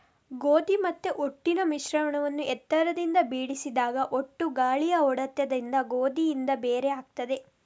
ಗೋಧಿ ಮತ್ತೆ ಹೊಟ್ಟಿನ ಮಿಶ್ರಣವನ್ನ ಎತ್ತರದಿಂದ ಬೀಳಿಸಿದಾಗ ಹೊಟ್ಟು ಗಾಳಿಯ ಹೊಡೆತದಿಂದ ಗೋಧಿಯಿಂದ ಬೇರೆ ಆಗ್ತದೆ